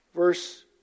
verse